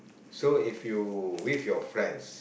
so if you with your friends